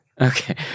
Okay